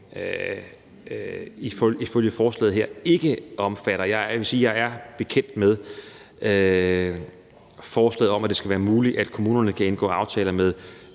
vil sige, at jeg er bekendt med forslaget om, at det skal være muligt, at kommunerne også kan indgå aftaler med